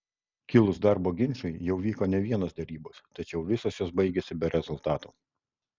kilus darbo ginčui jau vyko ne vienos derybos tačiau visos jos baigėsi be rezultatų